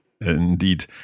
Indeed